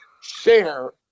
share